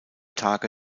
tage